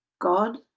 God